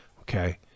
Okay